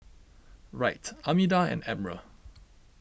Wright Armida and Admiral